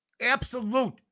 Absolute